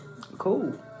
Cool